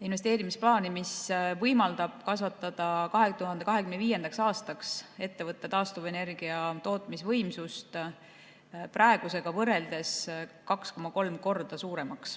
investeerimisplaani, mis võimaldab kasvatada 2025. aastaks ettevõtte taastuvenergia tootmisvõimsust praegusega võrreldes 2,3 korda suuremaks.